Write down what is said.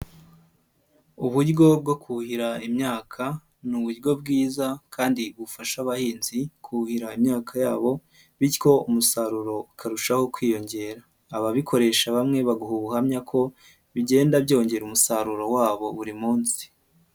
Uburyo bwo kuhira imyaka ni uburyo bwiza kandi bufasha abahinzi kuhira imyaka yabo bityo umusaruro ukarushaho kwiyongera. Ababikoresha bamwe baguha ubuhamya ko bigenda byongera umusaruro wabo buri munsi.